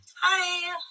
hi